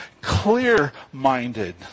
clear-minded